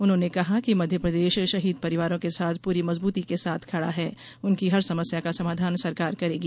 उन्होंने कहा कि मध्यप्रदेश शहीद परिवारों के साथ पूरी मजबूती के साथ खड़ी है उनकी हर समस्या का समाधान सरकार करेगी